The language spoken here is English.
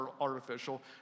artificial